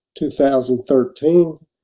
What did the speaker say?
2013